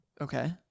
Okay